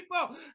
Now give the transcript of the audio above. people